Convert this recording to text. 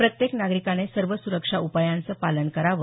प्रत्येक नागरिकाने सर्व सुरक्षा उपायांचं पालन करावं